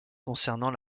concernant